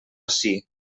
ací